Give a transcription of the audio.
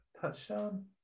touchdown